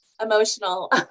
Emotional